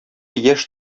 яшь